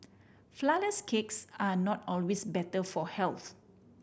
flourless cakes are not always better for health